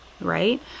right